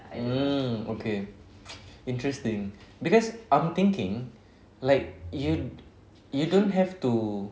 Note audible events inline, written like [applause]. mm okay [noise] interesting because I'm thinking like you you don't have to